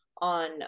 on